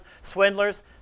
swindlers